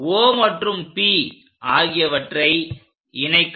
O மற்றும் P ஆகியவற்றை இணைக்கவும்